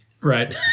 Right